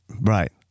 Right